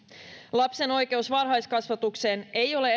lapsen oikeus varhaiskasvatukseen ei ole